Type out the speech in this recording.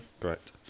correct